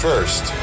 First